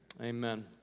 Amen